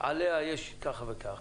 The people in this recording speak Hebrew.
עליה יש כך וכך,